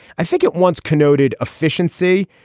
i think it wants connoted efficiency.